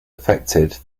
affected